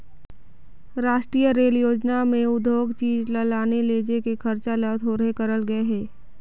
रास्टीय रेल योजना में उद्योग चीच ल लाने लेजे के खरचा ल थोरहें करल गे हे